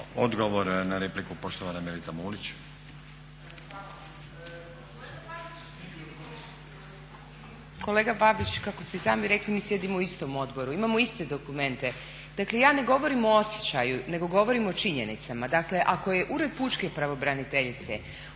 Odgovor na repliku, poštovana Melita Mulić.